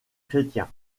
chrétiens